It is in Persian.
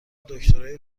دکترای